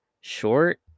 short